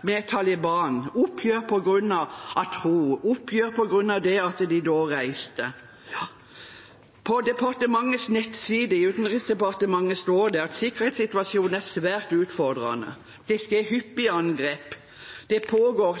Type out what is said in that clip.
det at de reiste. På Utenriksdepartementets nettside står det at sikkerhetssituasjonen er svært utfordrende. Det skjer hyppige angrep. Det pågår